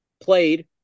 played